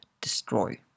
destroy